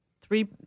three